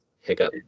hiccup